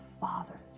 fathers